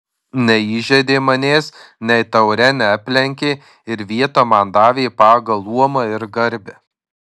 neįžeidė manęs nei taure neaplenkė ir vietą man davė pagal luomą ir garbę